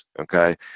okay